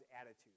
attitude